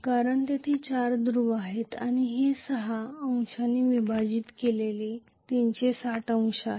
कारण तेथे चार ध्रुव आहेत आणि ही 360 डिग्री आहे सहाद्वारे विभागली आहे